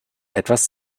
etwas